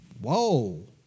Whoa